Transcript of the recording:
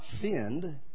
sinned